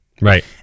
Right